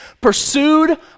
Pursued